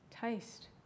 Taste